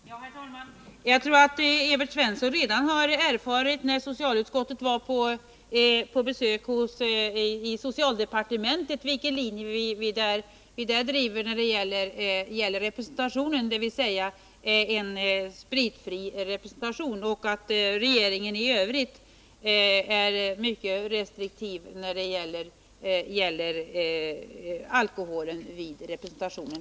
Herr talman! Jag tror att Evert Svensson redan när socialutskottet var på besök hos socialdepartementet erfor vilken linje vi driver när det gäller den spritfria representationen. Regeringen är som helhet f. ö. mycket restriktiv när det gäller bruket av alkohol i samband med representation.